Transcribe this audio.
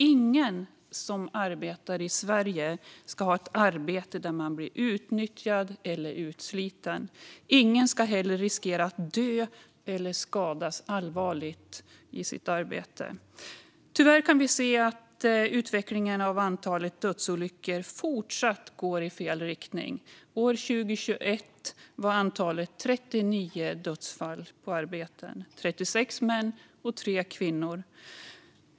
Ingen som arbetar i Sverige ska ha ett arbete där man blir utnyttjad eller utsliten. Ingen ska heller riskera att dö eller skadas allvarligt i sitt arbete. Tyvärr kan vi se att utvecklingen när det gäller dödsolyckor fortsatt går i fel riktning. Året 2021 skedde 39 dödsfall på arbetsplatser - 36 män och 3 kvinnor.